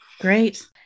great